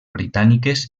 britàniques